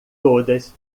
todas